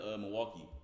Milwaukee